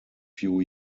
few